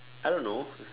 I don't know